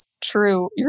true